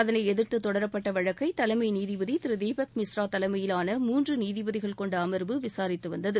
அதனை எதிர்த்து தொடரப்பட்ட வழக்கை தலைமை நீதிபதி திரு தீபக் மிஸ்ரா தலைமையிலான மூன்று நீதிபதிகள் கொண்ட அமர்வு விசாரித்து வந்தது